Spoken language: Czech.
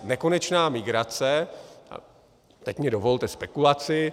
Nekonečná migrace teď mi dovolte spekulaci.